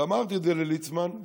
ואמרתי את זה לליצמן,